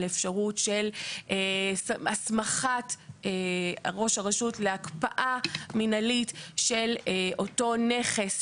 אפשרות של הסמכת ראש הרשות להקפאה מינהלית של אותו נכס,